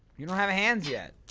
you don't have hands yet